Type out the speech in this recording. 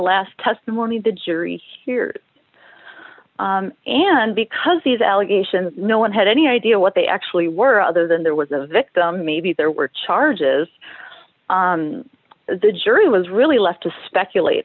last testimony the jury hears and because these allegations no one had any idea what they actually were other than there was a victim maybe there were charges the jury was really left to speculate